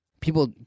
People